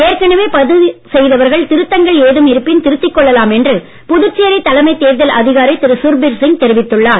ஏற்கனவே பதிவு செய்தவர்கள் திருத்தங்கள் ஏதும் இருப்பின் திருத்திக்கொள்ளலாம் என்று புதுச்சேரி தலைமை தேர்தல் அதிகாரி திரு சுர்பிர்சிங் தெரிவித்துள்ளார்